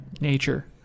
nature